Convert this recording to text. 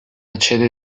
accede